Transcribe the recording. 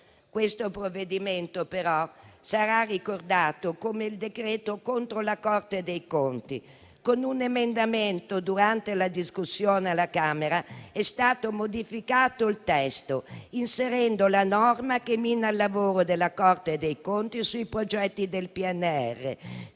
Questo provvedimento, però, sarà ricordato come il decreto contro la Corte dei conti. Con un emendamento, durante la discussione alla Camera, è stato modificato il testo, inserendo la norma che mina il lavoro della Corte dei conti sui progetti del PNRR,